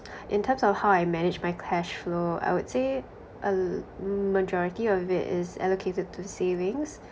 in terms of how I manage my cash flow I would say a l~ majority of it is allocated to savings